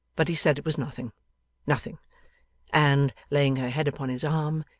but he said it was nothing nothing and, laying her head upon his arm,